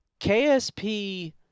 ksp